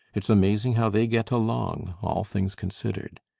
it's amazing how they get along, all things considered.